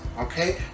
okay